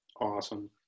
Awesome